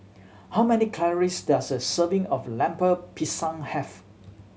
how many calories does a serving of Lemper Pisang have